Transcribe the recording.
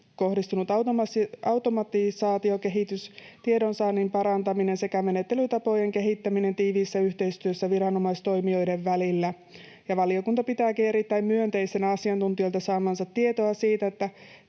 kohdistunut automatisaatiokehitys, tiedonsaannin parantaminen sekä menettelytapojen kehittäminen tiiviissä yhteistyössä viranomaistoimijoiden välillä. Valiokunta pitääkin erittäin myönteisenä asiantuntijoilta saamansa tietoa siitä, että